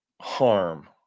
harm